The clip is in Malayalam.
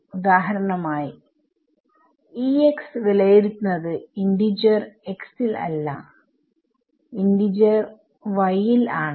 ഉദാഹരണമായി E x വിലയിരുത്തുന്നത് ഇന്റിജർ x ൽ അല്ല ഇന്റിജർy ൽ ആണ്